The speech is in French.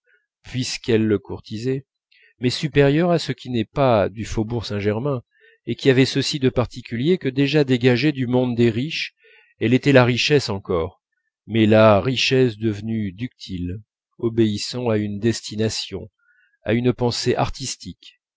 puisqu'elle le courtisait mais supérieure à ce qui n'est pas du faubourg saint-germain et qui avait ceci de particulier que déjà dégagée du monde des riches elle était la richesse encore mais la richesse devenue ductile obéissant à une destination à une pensée artistiques